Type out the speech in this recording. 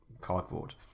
cardboard